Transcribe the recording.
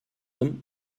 them